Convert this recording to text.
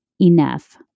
enough